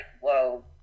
Whoa